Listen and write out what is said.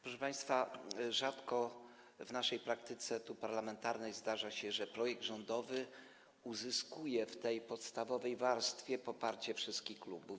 Proszę państwa, rzadko w naszej praktyce parlamentarnej zdarza się, że projekt rządowy uzyskuje w tej podstawowej warstwie poparcie wszystkich klubów.